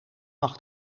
mag